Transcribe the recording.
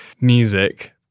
music